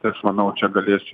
tai aš manau čia galėsiu